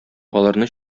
аларны